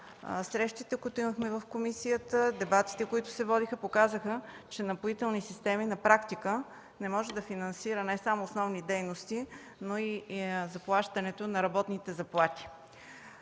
срещите, които имахме в комисията, дебатите, които се водиха, показаха, че „Напоителни системи” на практика не може да финансира не само основни дейности, но и заплащането на работните заплати.